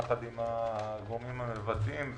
יחד עם הגורמים המבצעים,